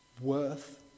worth